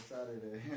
Saturday